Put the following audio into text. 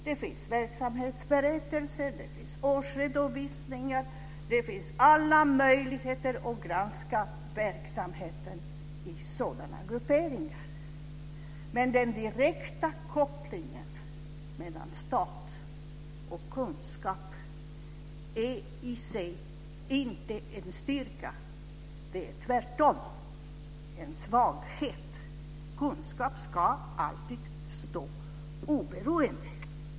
Det finns verksamhetsberättelser och årsredovisningar. Det finns alla möjligheter att granska verksamheten i sådana grupperingar. Men den direkta kopplingen mellan stat och kunskap är i sig inte en styrka. Det är tvärtom en svaghet. Kunskap ska alltid stå oberoende.